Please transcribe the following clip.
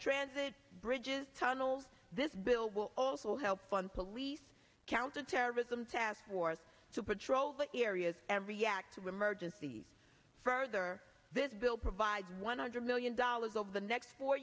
transit bridges tunnels this bill will also help fund police counterterrorism task force to patrol the areas and react with merges the further this bill provides one hundred million dollars over the next four